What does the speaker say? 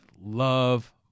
love